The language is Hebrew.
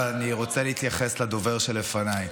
אבל אני רוצה להתייחס לדובר שלפניי.